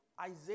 Isaiah